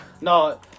no